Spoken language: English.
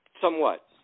somewhat